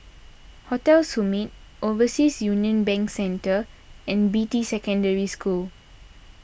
Hotel Summit Overseas Union Bank Centre and Beatty Secondary School